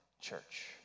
church